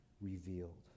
revealed